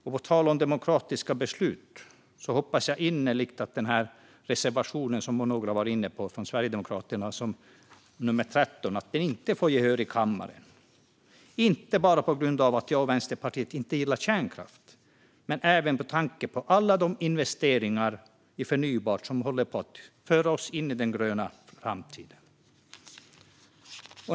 Och på tal om demokratiska beslut hoppas jag innerligt att den reservation från Sverigedemokraterna som några har varit inne på, nr 13, inte får gehör i kammaren - inte bara på grund av att jag och Vänsterpartiet inte gillar kärnkraft utan även med tanke på alla de investeringar i förnybart som håller på att föra oss in i den gröna framtiden.